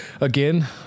again